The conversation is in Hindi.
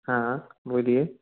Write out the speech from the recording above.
हाँ बोलिए